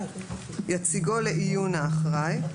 יציגו לעיון האחראי,